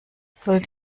soll